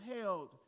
held